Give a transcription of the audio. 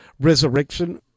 resurrection